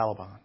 Taliban